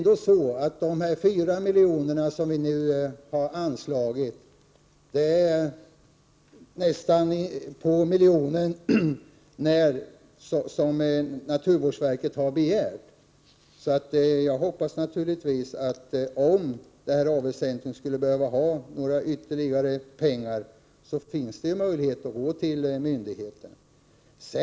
De 4 miljoner som vi nu har anslagit är nästan på miljonen när vad naturvårdsverket har begärt. Jag hoppas naturligtvis att det, om Åby Avelscentrum skulle behöva ha ytterligare pengar, finns möjligheter att vända sig till myndigheten.